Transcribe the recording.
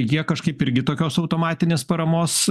jie kažkaip irgi tokios automatinės paramos